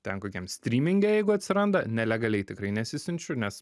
ten kokiam stryminge jeigu atsiranda nelegaliai tikrai nesisiunčiu nes